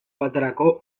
baterako